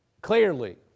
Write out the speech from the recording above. Clearly